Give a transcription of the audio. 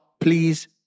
please